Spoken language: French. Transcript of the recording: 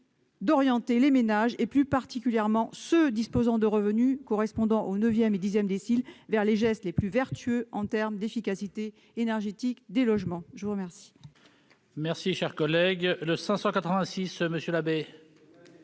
d'orienter les ménages, plus particulièrement ceux disposant de revenus correspondant aux neuvième et dixième déciles, vers les gestes les plus vertueux en termes d'efficacité énergétique des logements. La parole